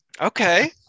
Okay